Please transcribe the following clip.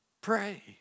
pray